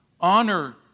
Honor